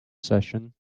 session